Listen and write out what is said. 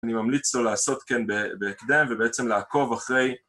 אני ממליץ לו לעשות כן בהקדם ובעצם לעקוב אחרי